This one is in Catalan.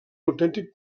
autèntic